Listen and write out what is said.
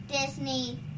Disney